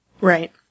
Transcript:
Right